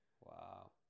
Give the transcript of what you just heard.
wow